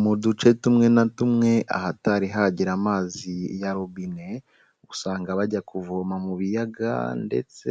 Mu duce tumwe na tumwe ahatari hagera amazi ya robine, usanga bajya kuvoma mu biyaga ndetse